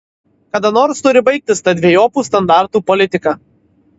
kada nors turi baigtis ta dvejopų standartų politika